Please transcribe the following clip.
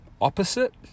opposite